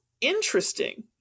interesting